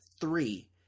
three